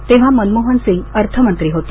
तेव्हा मनमोहन सिंग अर्थमंत्री होते